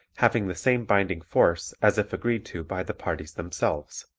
having the same binding force as if agreed to by the parties themselves.